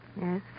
Yes